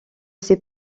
sais